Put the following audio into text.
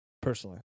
Personally